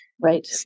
Right